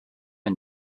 and